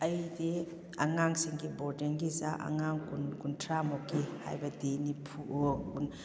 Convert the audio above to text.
ꯑꯩꯗꯤ ꯑꯉꯥꯡꯁꯤꯡꯒꯤ ꯕꯣꯔꯗꯤꯡꯒꯤ ꯆꯥꯛ ꯑꯉꯥꯡ ꯀꯨꯟ ꯀꯨꯟꯊ꯭ꯔꯥ ꯃꯨꯛꯀꯤ ꯍꯥꯏꯕꯗꯤ ꯅꯤꯝꯐꯨ ꯀꯨꯟ